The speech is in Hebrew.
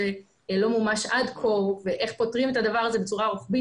לא מומש עד כה ואיך פותרים את הדבר הזה בצורה רוחבית.